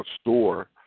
store